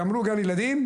גמרו גן ילדים,